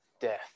death